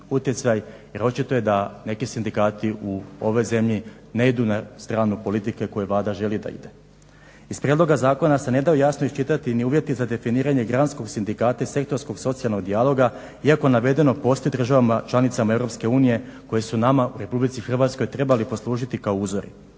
jer očito je da neki sindikati u ovoj zemlji ne idu na stranu politike koju Vlada želi da ide. Iz prijedloga zakona se ne daju jasno iščitati ni uvjeti za definiranje … sindikata i sektorskog socijalnog dijaloga iako navedeno postoji u državama članicama EU koje su nama u RH trebali poslužiti kao uzori.